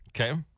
Okay